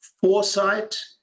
foresight